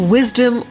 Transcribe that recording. Wisdom